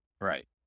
Right